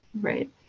Right